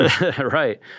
Right